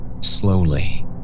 slowly